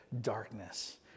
darkness